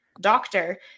doctor